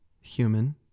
human